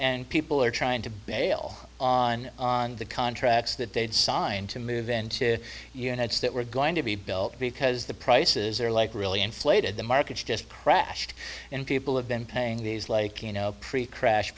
and people are trying to bail on on the contracts that they'd signed to move into units that were going to be built because the prices there like really inflated the market just crashed and people have been paying these like you know pre crash